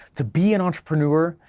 to be an entrepreneur,